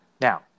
Now